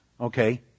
Okay